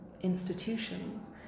institutions